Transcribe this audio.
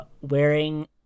wearing